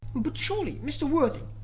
but surely, mr. worthing,